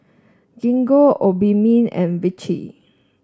Gingko Obimin and Vichy